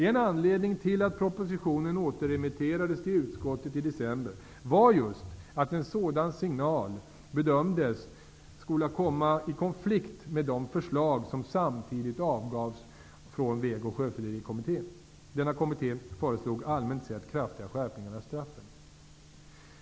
En anledning till att propositionen återremitterades till utskottet i december var just att en sådan signal bedömdes komma i konflikt med de förslag som samtidigt avgavs från Väg och sjöfyllerikommittén; denna kommitté föreslog allmänt sett kraftiga skärpningar av straffen.